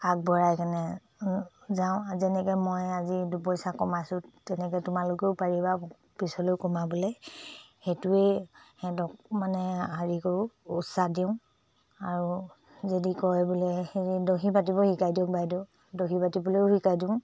আগবঢ়াই কেনে যাওঁ যেনেকৈ মই আজি দুপইচা কমাইছোঁ তেনেকৈ তোমালোকেও পাৰিবা পিছলৈও কমাবলৈ সেইটোৱেই সিহঁতক মানে হেৰি কৰোঁ উৎসাহ দিওঁ আৰু যদি কয় বোলে হেৰি দহি বাতিব শিকাই দিয়ক বাইদেউ দহি বাতিবলৈও শিকাই দিওঁ